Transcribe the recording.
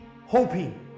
hoping